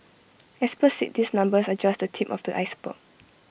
experts said these numbers are just the tip of the iceberg